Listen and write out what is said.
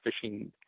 fishing